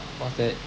what's that